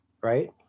right